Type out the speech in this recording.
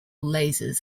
lasers